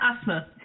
asthma